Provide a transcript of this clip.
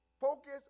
Focus